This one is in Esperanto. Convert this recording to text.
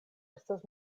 estas